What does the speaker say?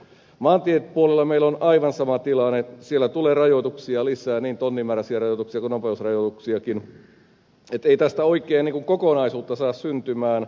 maantiepuolella meillä on aivan sama tilanne että siellä tulee rajoituksia lisää niin tonnimääräisiä rajoituksia kuin nopeusrajoituksiakin niin että ei tästä oikein kokonaisuutta saa syntymään